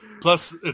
plus